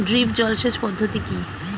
Drip জল সেচ পদ্ধতি কি?